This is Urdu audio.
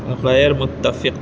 غیرمتفق